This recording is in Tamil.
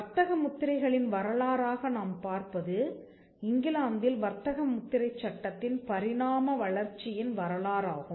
வர்த்தக முத்திரைகளின் வரலாறாக நாம் பார்ப்பது இங்கிலாந்தில் வர்த்தக முத்திரைச் சட்டத்தின் பரிணாம வளர்ச்சியின் வரலாறாகும்